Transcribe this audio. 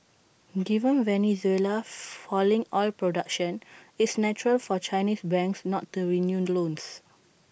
given Venezuela's falling oil production it's natural for Chinese banks not to renew loans